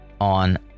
on